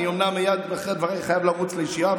אני אומנם מייד אחרי הדברים חייב לרוץ לישיבה,